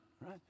right